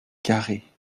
carrées